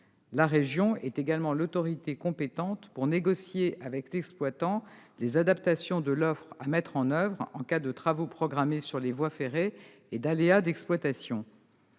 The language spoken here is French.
La région est également l'autorité compétente pour négocier avec l'exploitant les adaptations de l'offre à mettre en oeuvre en cas de travaux programmés sur les voies ferrées et d'aléas d'exploitation.